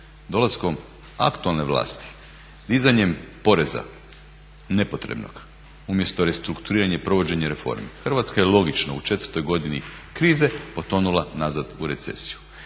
dolaskom aktualne vlasti, dizanjem poreza nepotrebnog umjesto restrukturiranja i provođenja reformi Hrvatska je logično u četvrtoj godini krize potonula nazad u recesiju.